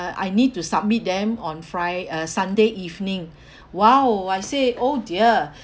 I need to submit them on fri~ uh sunday evening !wow! I say oh dear